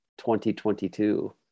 2022